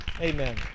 Amen